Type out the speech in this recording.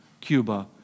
Cuba